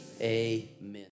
amen